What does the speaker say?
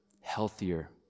healthier